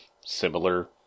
similar